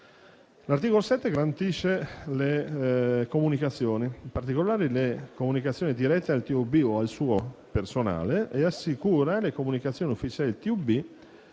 L'articolo 7 garantisce le comunicazioni, in particolare quelle dirette al TUB o al suo personale, e assicura a quelle ufficiali del TUB